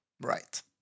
Right